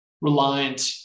reliant